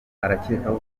arakekwaho